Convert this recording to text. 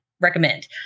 recommend